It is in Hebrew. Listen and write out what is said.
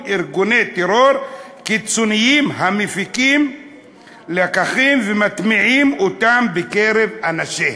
ארגוני טרור קיצוניים המפיקים לקחים ומטמיעים אותם בקרב אנשיהם".